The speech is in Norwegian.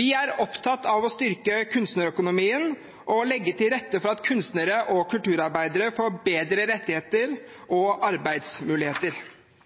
Vi er opptatt av å styrke kunstnerøkonomien og å legge til rette for at kunstnere og kulturarbeidere får bedre rettigheter og arbeidsmuligheter.